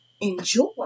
enjoy